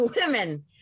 women